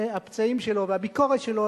הפצעים שלו והביקורת שלו,